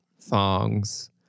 thongs